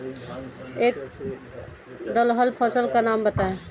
एक दलहन फसल का नाम बताइये